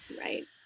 Right